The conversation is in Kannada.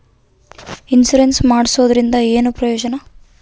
ಇನ್ಸುರೆನ್ಸ್ ಮಾಡ್ಸೋದರಿಂದ ಏನು ಪ್ರಯೋಜನ?